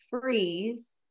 freeze